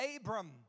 Abram